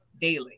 daily